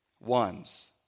ones